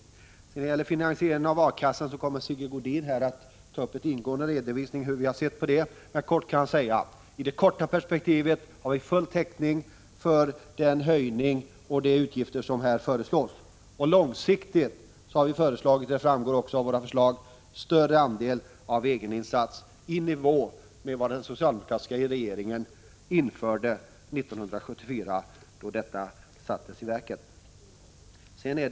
När det sedan gäller finansiering av arbetslöshetskassan kommer Sigge Godin att göra en ingående redovisning av hur vi ser på den frågan, men helt kort kan jag säga att i det korta perspektivet har vi full täckning för den höjning och de utgifter som föreslås. Långsiktigt har vi föreslagit en större andel av egeninsats i nivå med vad den socialdemokratiska regeringen beslutade 1974 då arbetslöshetskassorna bildades.